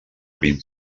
vint